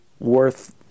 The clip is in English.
worth